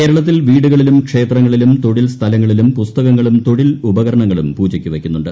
കേരളത്തിൽ വീടുകളിലും ക്ഷേത്രങ്ങളിലും തൊഴിൽ സ്ഥലങ്ങളിലും പുസ്തകങ്ങളും തൊഴിൽ ഉപകരണങ്ങളും പൂജയ്ക്ക് വയ്ക്കുന്നുണ്ട്